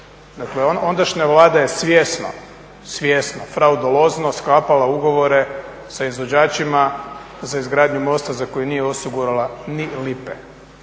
ondašnja vlada je svjesno fraudolozno sklapala ugovore sa izvođačima za izgradnju mosta za koji nije osigurala ni lipe.